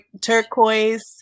turquoise